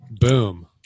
Boom